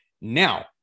Now